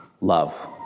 love